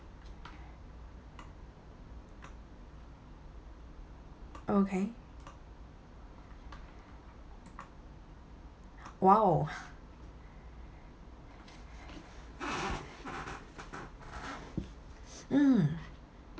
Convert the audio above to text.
okay !wow! mm